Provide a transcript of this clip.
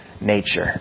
nature